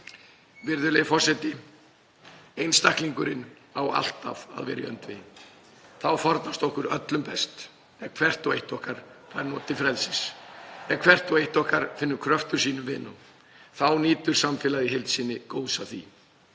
Virðulegi forseti. Einstaklingurinn á alltaf að vera í öndvegi. Þá farnast okkur öllum best. Ef hvert og eitt okkar fær notið frelsis, ef hvert og eitt okkar finnur kröftum sínum viðnám nýtur samfélagið í heild sinni góðs af því.